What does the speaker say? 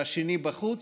והשני בחוץ,